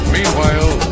Meanwhile